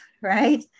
right